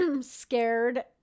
scared